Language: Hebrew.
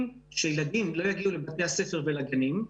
שהילדים לא יגיעו לבתי הספר ולגנים.